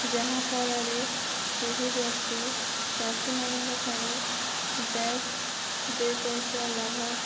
ଯାହା ଫଳରେ ସେହି ବ୍ୟକ୍ତି ଚାଷୀମାନଙ୍କଠାରୁ ବେଶ ଦୁଇ ପଇସା ଲାଭ